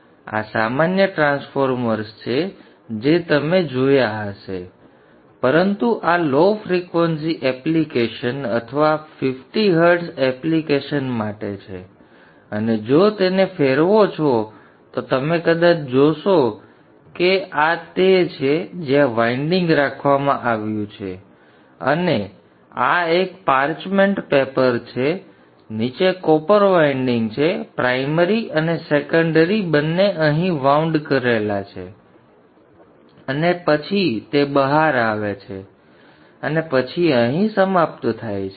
તેથી આ સામાન્ય ટ્રાન્સફોર્મર્સ છે જે તમે જોયા હશે પરંતુ આ લો ફ્રિક્વન્સી એપ્લિકેશન્સ અથવા 50 હર્ટ્ઝ એપ્લિકેશન્સ માટે છે અને જો તેને ફેરવો છો તો તમે કદાચ જોશો કે આ તે છે જ્યાં વાઇન્ડિંગ રાખવામાં આવ્યું છે અને આ એક પાર્ચમેન્ટ પેપર છે અને નીચે કોપર વાઇન્ડિંગ છે પ્રાઇમરી અને સેકન્ડરી બંને અહીં વાઉંડ કરેલા છે અને પછી તે બહાર આવે છે અને પછી અહીં સમાપ્ત થાય છે